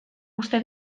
uste